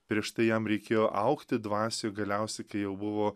prieš tai jam reikėjo augti dvasioj galiausiai kai jau buvo